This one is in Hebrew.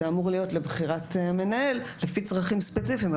זה אמור להיות לבחירת מנהל לפי צרכים ספציפיים,